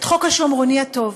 את חוק השומרוני הטוב,